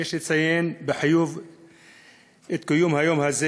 ויש לציין בחיוב את קיום היום הזה